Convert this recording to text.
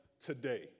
today